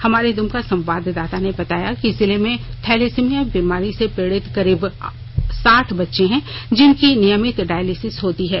हमारे द्मका संवाददाता ने बताया कि जिले में थैलेसिमिया बीमारी से पीड़ित करीब साठ बच्चें हैं जिनकी नियमित डायलिसिस होती है